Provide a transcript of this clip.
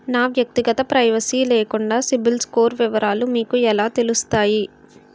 నా వ్యక్తిగత ప్రైవసీ లేకుండా సిబిల్ స్కోర్ వివరాలు మీకు ఎలా తెలుస్తాయి?